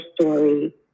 story